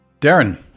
Darren